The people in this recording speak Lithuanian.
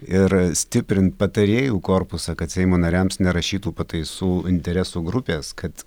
ir stiprint patarėjų korpusą kad seimo nariams nerašytų pataisų interesų grupės kad